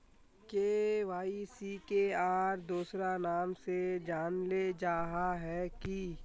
KYC के आर दोसरा नाम से जानले जाहा है की?